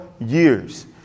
Years